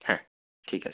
হ্যাঁ ঠিক আছে